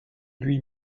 lui